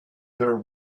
their